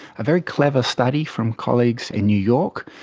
a very clever study from colleagues in new york,